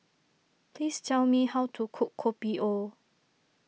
please tell me how to cook Kopi O